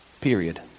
period